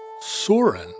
Soren